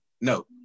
no